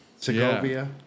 segovia